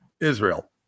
Israel